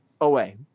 away